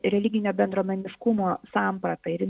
religinė bendruomeniškumo samprata ir